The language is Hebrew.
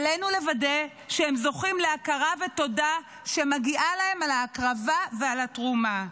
עלינו לוודא שהם זוכים להכרה ותודה שמגיעות להם על ההקרבה ועל התרומה.